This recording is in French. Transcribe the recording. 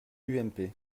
ump